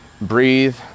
breathe